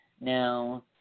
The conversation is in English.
Now